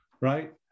right